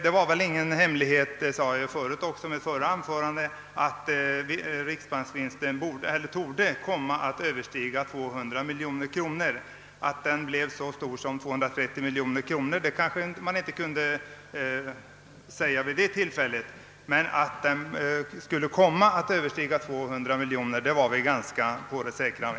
Men det var väl ingen hemlighet — som jag sade också i mitt förra anförande — att riksbanksvinsten torde komma att överstiga 200 miljoner kronor. Att den blev så stor som 230 miljoner kronor kanske man inte kunde säga vid det tillfället, men att den skulle komma att överstiga 200 miljoner kronor var vi ganska säkra på.